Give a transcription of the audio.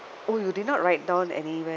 oh you did not write down anywhere